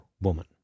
woman